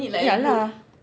ya lah